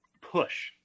Push